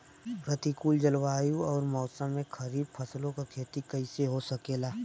प्रतिकूल जलवायु अउर मौसम में खरीफ फसलों क खेती कइसे हो सकेला?